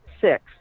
six